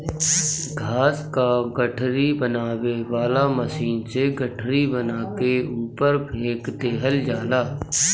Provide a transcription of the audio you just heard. घास क गठरी बनावे वाला मशीन से गठरी बना के ऊपर फेंक देहल जाला